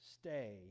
stay